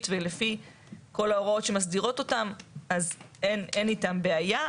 ולפי כל ההוראות שמסדירות אותם אז אין איתם בעיה.